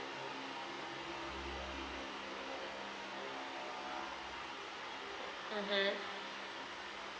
mmhmm